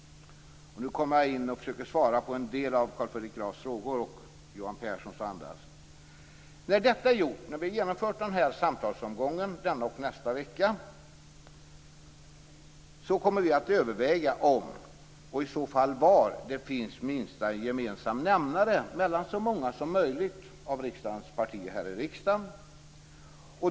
Nu skall jag försöka svara på en del av Carl Fredrik Grafs, Johan Pehrsons och en del andras frågor. När vi har genomfört samtalsomgången denna och nästa vecka, kommer vi att överväga om, och i så fall var, det finns en minsta gemensam nämnare mellan så många som möjligt av riksdagens partier.